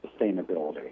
sustainability